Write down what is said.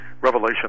revelation